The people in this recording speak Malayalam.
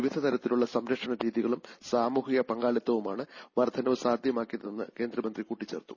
വിവിധ തരത്തിലുള്ള സംരക്ഷണ രീതികളും സ്റ്റ്മൂഹിക പങ്കാളിത്തവുമാണ് വർദ്ധനവ് സാധ്യമാക്കിയതെന്നും ക്രിന്ദ്ര്യം കൂട്ടിച്ചേർത്തു